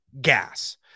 Gas